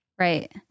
Right